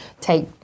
take